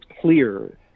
clear